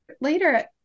later